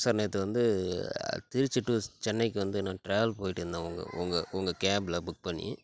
sir நேற்று வந்து Trichy to சென்னைக்கு வந்து நான் ட்ராவல் போயிகிட்ருந்தேன் உங்கள் உங்கள் உங்கள் கேப்ல புக் பண்ணி